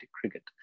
cricket